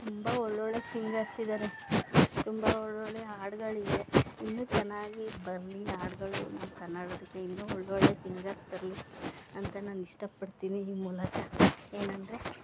ತುಂಬ ಒಳ್ಳೊಳ್ಳೆಯ ಸಿಂಗರ್ಸ್ ಇದ್ದಾರೆ ತುಂಬ ಒಳ್ಳೊಳ್ಳೆಯ ಹಾಡ್ಗಳಿವೆ ಇನ್ನೂ ಚೆನ್ನಾಗಿ ಬರಲಿ ಹಾಡ್ಗಳು ನಮ್ಮ ಕನ್ನಡಕ್ಕೆ ಇನ್ನೂ ಒಳ್ಳೊಳ್ಳೆಯ ಸಿಂಗರ್ಸ್ ಬರಲಿ ಅಂತ ನಾನು ಇಷ್ಟಪಡ್ತೀನಿ ಈ ಮೂಲಕ